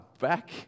back